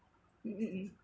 mm mm mm